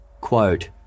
Quote